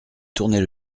tournait